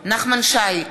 נחמן שי,